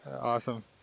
awesome